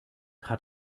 hat